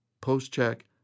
post-check